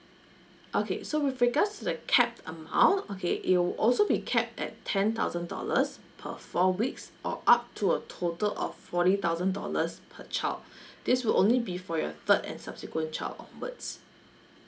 okay so with regards to the cap amount okay it will also be kept at ten thousand dollars per four weeks or up to a total of forty thousand dollars per child this will only be for your third and subsequent child onwards